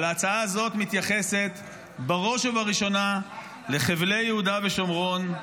אבל ההצעה הזאת מתייחסת בראש ובראשונה לחבלי יהודה ושומרון,